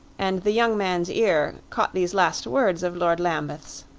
and the young man's ear caught these last words of lord lambeth's.